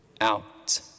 out